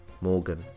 Morgan